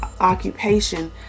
occupation